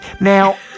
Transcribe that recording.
now